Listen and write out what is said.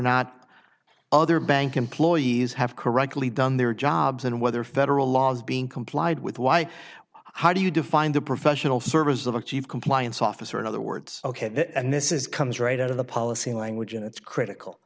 not other bank employees have correctly done their jobs and whether federal law is being complied with why do you define the professional service of achieve compliance officer in other words ok that and this is comes right out of the policy language and it's critical